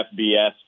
FBS